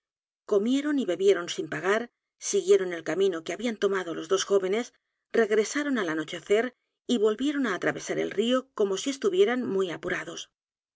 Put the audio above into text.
comieron y bebieron sin pag a r siguieron el camino que habían tomado los dos jóvenes regresaron al anochecer y volvieron á atravesar el río como si estuvieran muy apurados